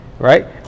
Right